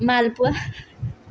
মালপোৱা